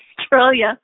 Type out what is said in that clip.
Australia